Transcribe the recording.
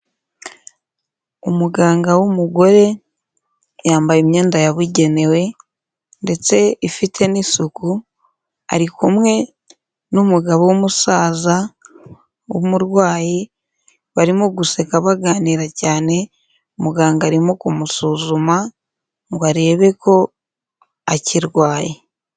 Umuganga w'umugore, yambaye imyenda yabugenewe ndetse ifite n'isuku, ari kumwe n'umugabo w'umusaza w'umurwayi, barimo guseka baganira cyane, muganga arimo kumusuzuma ngo arebe ko akirwaye.